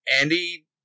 Andy